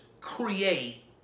Create